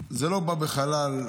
זה לא בא בחלל ריק.